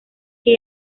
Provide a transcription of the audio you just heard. que